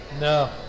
No